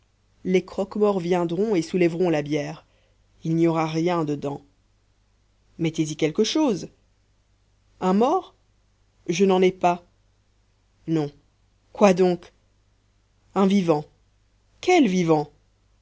les croque-morts viendront et soulèveront la bière il n'y aura rien dedans mettez-y quelque chose un mort je n'en ai pas non quoi donc un vivant quel vivant